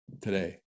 today